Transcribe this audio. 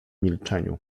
milczeniu